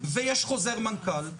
ויש חוזר מנכ"ל,